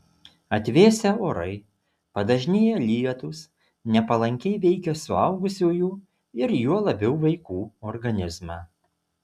atvėsę orai padažnėję lietūs nepalankiai veikia suaugusiųjų ir juo labiau vaikų organizmą